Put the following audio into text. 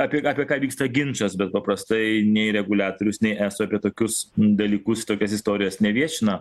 apie ką apie ką vyksta ginčas bet paprastai nei reguliatorius nei eso apie tokius dalykus tokias istorijas neviešina